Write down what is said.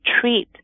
treat